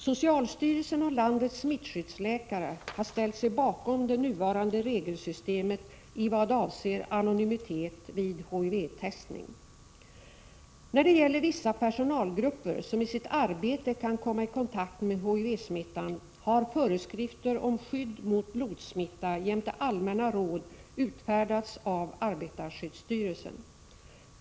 Socialstyrelsen och landets smittskyddsläkare har ställt sig bakom det nuvarande regelsystemet i vad avser anonymitet vid HIV-testning. När det gäller vissa personalgrupper, som i sitt arbete kan komma i kontakt med HIV-smittan, har föreskrifter om skydd mot blodsmitta jämte allmänna råd utfärdats av arbetarskyddsstyrelsen .